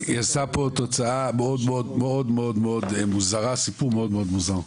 יצאה פה תוצאה מאוד מאוד מוזרה, סיפור מאוד מוזר.